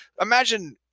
imagine